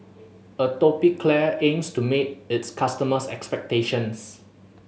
Atopiclair aims to meet its customers' expectations